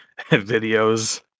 videos